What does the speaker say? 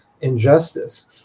injustice